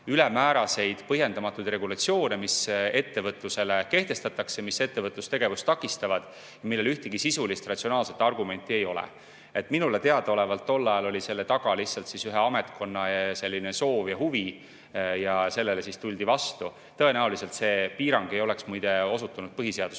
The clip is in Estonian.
ülemääraseid põhjendamatuid regulatsioone, mis ettevõtlusele kehtestatakse, mis aga ettevõtlustegevust takistavad ja millel ühtegi sisulist ratsionaalset argumenti ei ole. Minule teadaolevalt tol ajal oli selle taga lihtsalt ühe ametkonna selline soov ja huvi, sellele siis tuldi vastu. Tõenäoliselt see piirang ei oleks osutunud põhiseaduspäraseks,